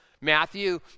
Matthew